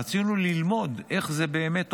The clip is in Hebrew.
רצינו ללמוד איך זה באמת עובד.